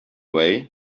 way